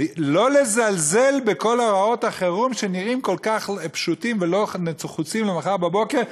לא לזלזל בכל הוראות החירום שנראות כל כך פשוטות ולא נחוצות למחר בבוקר,